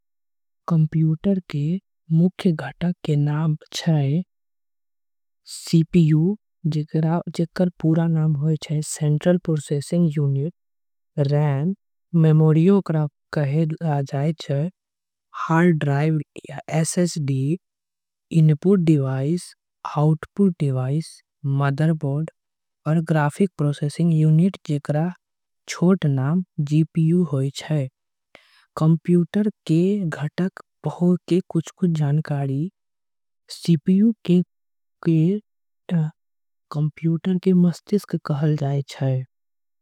जूतवा में आमतौर में दु भाग होई छे एगो रबर वाला। एगो एरी वाला रबर वाला के तलवा कहे जाई। छे और एरी वाला के दो कैप आऊ आउटर। सोलर दो वैम जूता के बुनियादी घटक होय छे। जबकि अन्य घटक जूता के बनावे में उपयोग। करल जाय छे ईहे सब नाम छे।